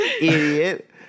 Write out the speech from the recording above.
Idiot